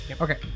Okay